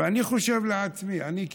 ואני חושב לעצמי: אני,